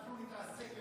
אנחנו נתעסק עם